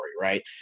right